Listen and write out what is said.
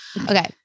Okay